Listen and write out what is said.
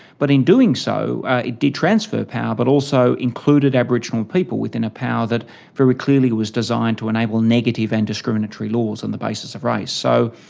but in doing so, it did transfer power but also included aboriginal people within a power that very clearly was designed to enable negative and discriminatory laws on the basis of race. so,